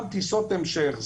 כולן טיסות המשך,